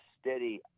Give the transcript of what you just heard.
steady